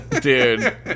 Dude